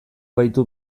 baitu